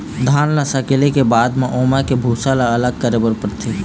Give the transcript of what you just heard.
धान ल सकेले के बाद म ओमा के भूसा ल अलग करे बर परथे